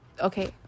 okay